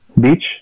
beach